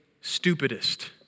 stupidest